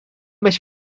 beş